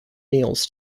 meals